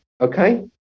okay